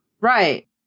Right